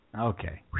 Okay